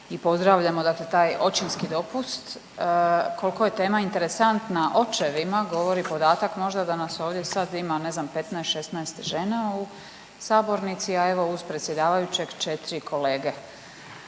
i pozdravljamo dakle taj očinski dopust, koliko je tema interesantna očevima govori podatak možda da nas ovdje sad ima, ne znam, 15, 16 žena u sabornici, a evo, uz predsjedavajućeg, 4 kolege.